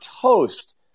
toast